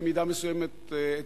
במידה מסוימת,